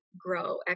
grow